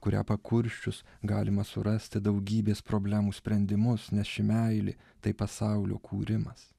kurią pakursčius galima surasti daugybės problemų sprendimus nes ši meilė tai pasaulio kūrimas